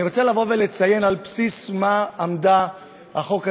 אני רוצה לציין על בסיס מה עמד החוק הזה,